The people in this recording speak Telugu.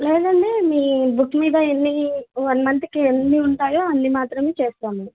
లేదండీ మీ బుక్ మీద ఎన్ని వన్ మంత్కి ఎన్ని ఉంటాయో అన్నీ మాత్రమే చేస్తాం